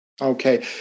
Okay